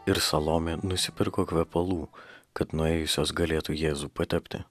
ir salomė nusipirko kvepalų kad nuėjusios galėtų jėzų patepti